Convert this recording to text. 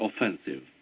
offensive